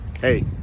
Hey